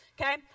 okay